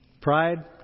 Pride